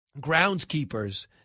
groundskeepers